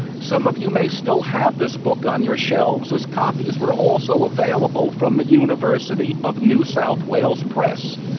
some of you may still have this book on your shelves as copies were also available from the university of new south wales press.